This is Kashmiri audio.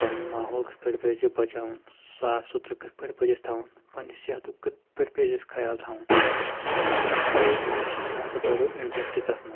پنُن ماحول کتھ پٲٹھۍ پَزِ بچاوُن صاف سُتھرٕ کٕتھ پٲٹھۍ پزِ اَسہِ تھاوُن پننہِ صحتُک کٕتھ پٲٹھۍ پَزِ اَسہِ خَیال تھاوُن ییٚلہِ ہَسا مےٚ یِم چیٖز وُچھ مےٚ ہسا بڑیو اِنٹریٚسٹہٕ تَتھ منٛز